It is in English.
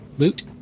loot